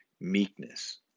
meekness